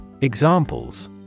Examples